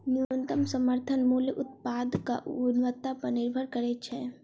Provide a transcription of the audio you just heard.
न्यूनतम समर्थन मूल्य उत्पादक गुणवत्ता पर निभर करैत छै